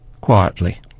quietly